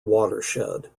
watershed